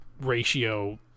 ratio